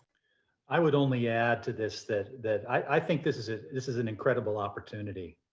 i would only yeah to this that that i think this is ah this is an incredible opportunity,